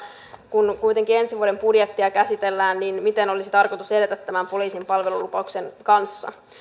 kun kuitenkin ensi vuoden budjettia käsitellään miten olisi tarkoitus edetä tämän poliisin palvelulupauksen kanssa